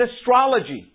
astrology